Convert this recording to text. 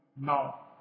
Now